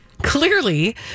Clearly